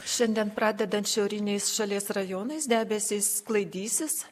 šiandien pradedant šiauriniais šalies rajonais debesys sklaidysis